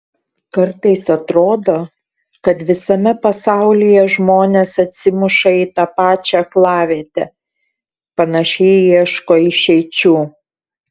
kartais atrodo kad visame pasaulyje žmonės atsimuša į tą pačią aklavietę panašiai ieško išeičių